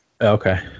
Okay